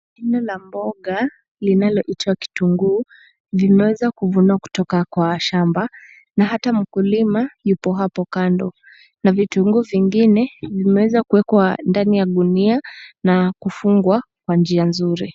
Jina la mboga linaloitwa kitunguu, zimeweza kuvunwa kutoka kwa shamba na hata mkulima yupo hapo kando na vitunguu vingine vimewezwa kuwekwa ndani ya gunia na kufungwa kwa njia nzuri.